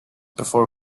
before